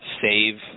save